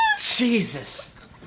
Jesus